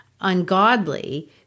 ungodly